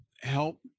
help